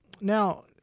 Now